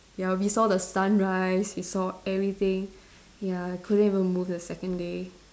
ya we saw the sun rise we saw everything ya couldn't even move the second day